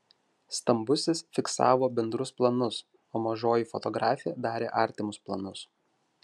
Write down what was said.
stambusis fiksavo bendrus planus o mažoji fotografė darė artimus planus